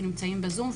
באמצעות הזום,